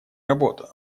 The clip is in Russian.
работа